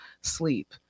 sleep